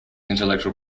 intellectual